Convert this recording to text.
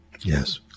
Yes